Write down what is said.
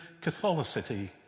Catholicity